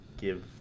give